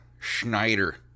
Schneider